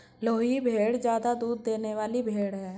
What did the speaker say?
लोही भेड़ ज्यादा दूध देने वाली भेड़ है